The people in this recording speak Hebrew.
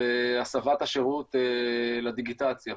בהסבת השירות לדיגיטציה.